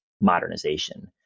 modernization